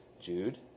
Jude